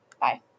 Bye